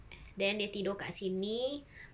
then dia tidur kat sini